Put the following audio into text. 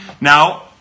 Now